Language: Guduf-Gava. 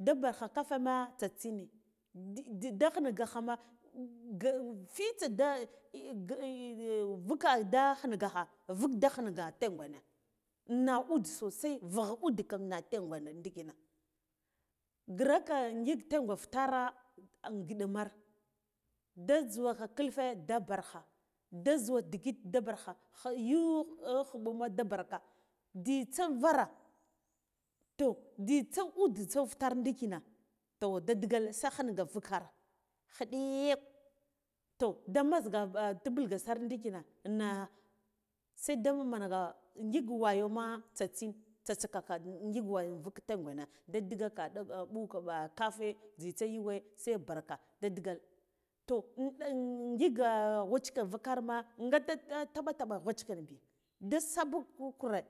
da bar kha kafeme tatsine da de ghingahama nga fitsa da vuka da khinga ha vuk da ghinga tengwena na ude sosai uhegha uɗe na tengwena ndiki na graka ngik tengwe fitara in giɗa mar da zhuwa ka karfe da bargha da zhuwa ndigit da bargha kha yuw khu ɓama da barka jzitsa vara jzitsa ude so fhutar ndikina toh da digal se ghinga vukar khiɗik to da masga tubulga sar ndikina na saida manga ngik woyamo tsa tsin tsaskaka ngik wayo vuk tengwena da digaka mɓuka kafe jzitsi yuwe se barka da digal toh ngiga gwachke vukarma nga da ta taɓa taɓa gwachken bi da sabo kure.